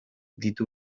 ditu